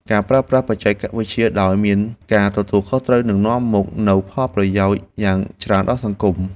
ការប្រើប្រាស់បច្ចេកវិទ្យាដោយមានការទទួលខុសត្រូវនឹងនាំមកនូវផលប្រយោជន៍យ៉ាងច្រើនដល់សង្គម។